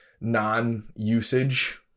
non-usage